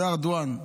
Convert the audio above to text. זה ארדואן.